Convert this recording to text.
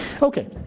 Okay